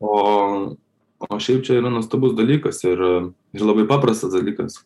o o šiaip čia yra nuostabus dalykas ir labai paprastas dalykas